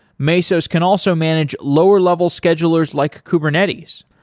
mesos can also manage lower-level schedulers like kubernetes.